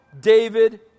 David